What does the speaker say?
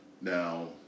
Now